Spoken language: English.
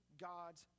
God's